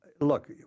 Look